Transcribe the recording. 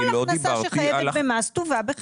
כל הכנסה שחייבת במס תובא בחשבון.